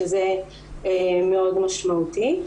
שזה מאוד משמעותי.